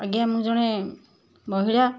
ଆଜ୍ଞା ମୁଁ ଜଣେ ମହିଳା